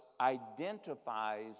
identifies